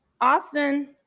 austin